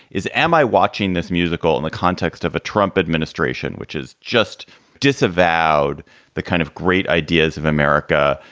is am i watching this musical in the context of a trump administration, which is just disavowed the kind of great ideas of america,